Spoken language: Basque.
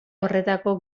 horretako